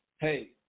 hey